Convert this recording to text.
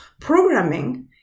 Programming